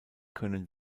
können